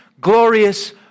glorious